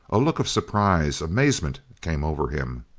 a look of surprise, amazement, came over him.